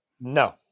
No